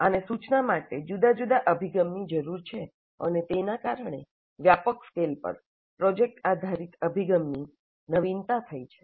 આને સૂચના માટે જુદા જુદા અભિગમની જરૂર છે અને તેના કારણે વ્યાપક સ્કેલ પર પ્રોજેક્ટ આધારિત અભિગમની નવીનતા થઈ છે